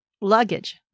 luggage